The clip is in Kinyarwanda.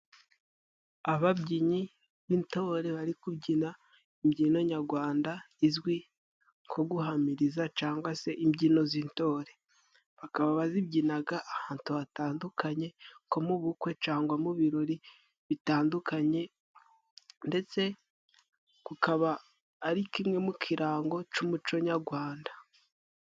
Ababyinnyi b'intore bari kubyina imbyino nyarwanda izwi guhamiriza cyangwa se imbyino z'intore bakaba bazibyinaga ahantu hatandukanye nkomubukwe cyangwa mu birori bitandukanye ndetse bikaba ari kimwe mukirango cy'umuco nyarwanda.